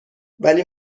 ولی